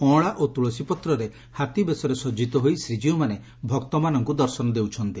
ଅଁଳା ଓ ତୁଳସୀପତ୍ରରେ ହାତୀବେଶରେ ସଜିତ ହୋଇ ଶ୍ରୀଜୀଉମାନେ ଭକ୍ତମାନଙ୍କୁ ଦର୍ଶନ ଦେଉଛନ୍ତି